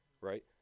right